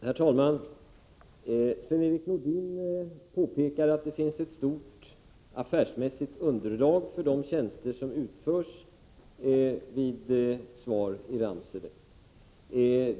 Herr talman! Sven-Erik Nordin påpekar att det finns ett stort affärsmässigt underlag för de tjänster som utförs vid Svensk arkivinformation i Ramsele.